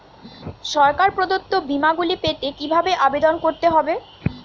সরকার প্রদত্ত বিমা গুলি পেতে কিভাবে আবেদন করতে হবে?